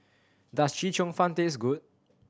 does Chee Cheong Fun taste good